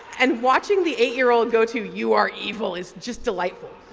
and watching the eight year old go to you are evil is just delightful.